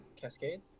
Cascades